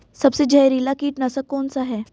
सबसे जहरीला कीटनाशक कौन सा है?